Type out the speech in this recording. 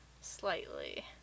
Slightly